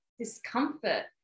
discomfort